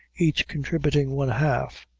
each contributing one-half.